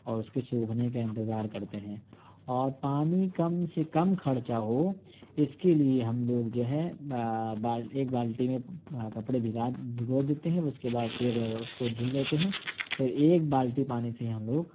اور اس کے سوکھنے کا انتظار کرتے ہیں اور پانی کم سے کم خرچہ ہو اس کے لیے ہم لوگ جو ہے ایک بالٹی میں کپڑے بھگا بھگو دیتے ہیں اس کے بعد پھر اس کو دھل دیتے ہیں پھر ایک بالٹی پانی سے ہی ہم لوگ